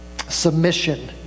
submission